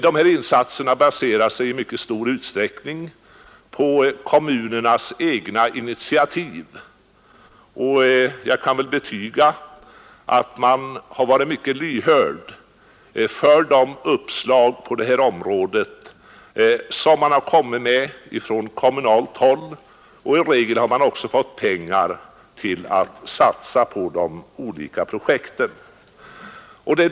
Dessa insatser baseras i mycket stor utsträckning på kommunernas egna initiativ — jag kan betyga att man har varit mycket lyhörd för de uppslag som har kommit från kommunalt håll. I regel har pengar också lämnats till olika projekt av skilda slag inom glesbygden.